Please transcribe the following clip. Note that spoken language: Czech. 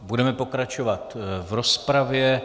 Budeme pokračovat v rozpravě.